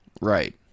right